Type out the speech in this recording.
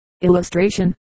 Illustration